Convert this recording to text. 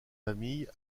famille